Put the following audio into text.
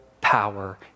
power